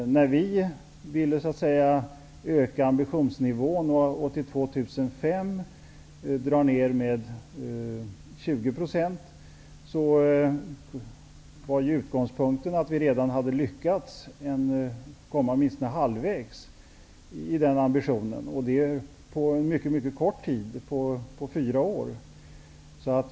När vi ville höja ambitionsnivån och till år 2005 dra ner med 20 %, var utgångspunkten att vi redan hade lyckats att komma åtminstone halvvägs i den ambitionen, och detta på mycket kort tid, på fyra år.